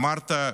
אמרת,